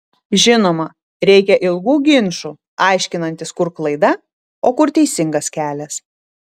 žinoma reikia ilgų ginčų aiškinantis kur klaida o kur teisingas kelias